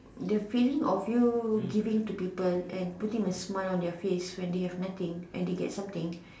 the feeling of you giving to people and putting a smile on their face when they have nothing and they get something